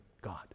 God